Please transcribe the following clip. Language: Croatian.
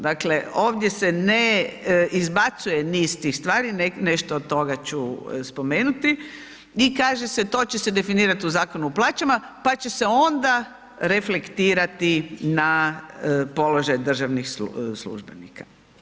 Dakle, ovdje se ne izbacuje niz tih stvari, nešto od toga ću spomenuti i kaže se to će se definirati u Zakonu o plaćama pa će se onda reflektirati na položaj državnih službenika.